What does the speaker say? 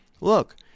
look